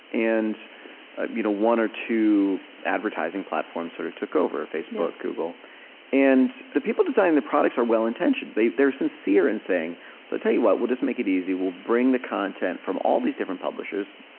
and you know one or two advertising platforms sort of took over, facebook, google and the people designing the products are well-intentioned. they they are sincere in saying, i'll so tell you what we'll just make it easy. we'll bring the content from all these different publishers,